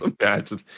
imagine